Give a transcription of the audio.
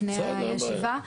לפני הישיבה.